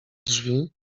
drzwi